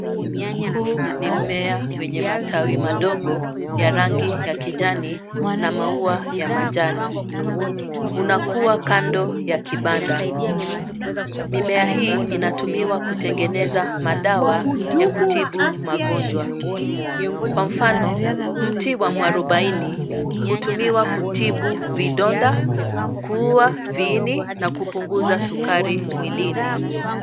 Huu ni mmea wenye matawi madogo ya rangi ya kijani na maua ya manjano. Unakua kando ya kibanda. Mimea hii inatumiwa kutengeneza madawa ya kutibu magonjwa. Kwa mfano, mti wa mwarubaini hutumiwa kutibu vidonda, kuua viini na kupunguza sukari mwilini.